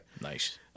Nice